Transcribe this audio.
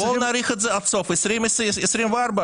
בואו נאריך את זה עד סוף 2024. תשתמשו ברוב שלכם.